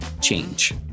change